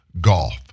Golf